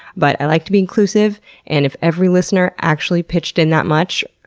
but, i like to be inclusive and if every listener actually pitched in that much,